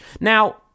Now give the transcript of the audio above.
Now